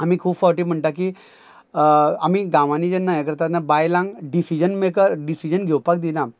आमी खूब फावटी म्हणटा की आमी गांवांनी जेन्ना हें करता तेन्ना बायलांक डिसिजन मेकर डिसिजन घेवपाक दिना